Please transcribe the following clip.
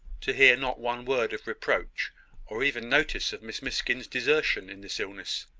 to hear not one word of reproach or even notice of miss miskin's desertion in this illness.